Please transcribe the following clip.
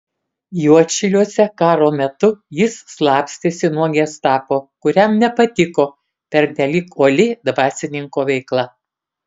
juodšiliuose karo metu jis slapstėsi nuo gestapo kuriam nepatiko pernelyg uoli dvasininko veikla